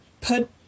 put